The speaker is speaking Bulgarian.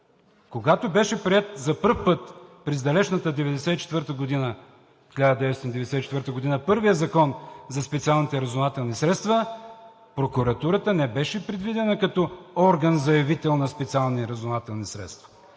когато беше приет за първи път през далечната 1994 г. първият Закон за специалните разузнавателни средства, прокуратурата не беше предвидена като орган заявител на специални разузнавателни средства,